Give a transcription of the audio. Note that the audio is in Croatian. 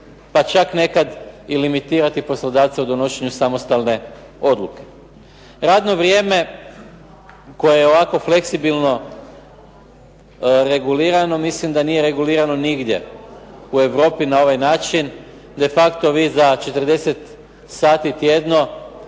pa čak nekad i limitirati poslodavca u donošenju samostalne odluke. Radno vrijeme koje je ovako fleksibilno regulirano mislim da nije regulirano nigdje u Europi na ovaj način. De facto vi za 40 sati tjedno